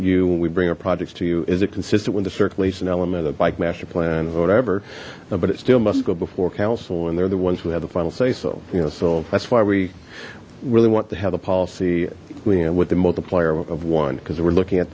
you when we bring our projects to you is it consistent with the circulation element of the bike master plan or whatever but it still must go before council and they're the ones who have the final say so you know so that's why we really want to have a policy we and with the multiplier of one because we're looking at